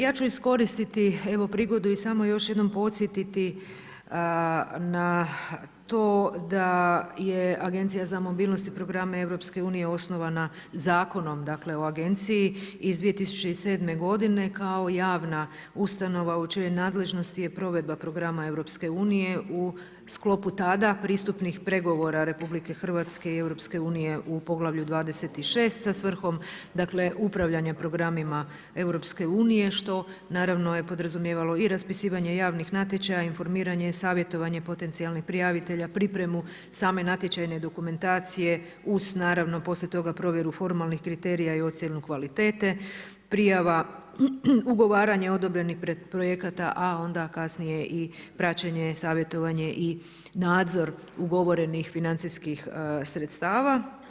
Ja ću iskoristiti evo prigodu i još samo jednom podsjetiti na to da je Agencija za mobilnost i programe EU osnovana Zakonom dakle o agenciji iz 2007. godine kao javna ustanova u čijoj nadležnosti je provedba programa EU u sklopu tada pristupnih pregovora RH i EU u poglavlju 56. sa svrhom, dakle upravljanja programima EU što naravno je podrazumijevalo i raspisivanje javnih natječaja, informiranje i savjetovanje potencijalnih prijavitelja pripremu same natječajne dokumentacije uz naravno poslije toga formalnih kriterija i ocjenu kvalitete, prijava ugovaranja i odobrenih projekata a onda kasnije i praćenje, savjetovanje i nadzor ugovorenih financijskih sredstava.